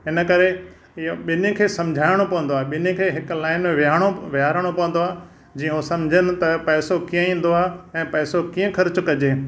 इन करे इहो ॿिन्ही खे सम्झाइणो पवंदो आहे ॿिन्ही खे हिक लाइन में वेहारणो वेहारणो पवंदो आहे जीअं उहे सम्झनि त पैसो कीअं ईंदो आहे ऐं पैसो कीअं ख़र्चु कजे